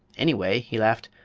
anyway, he laughed,